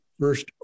first